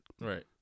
Right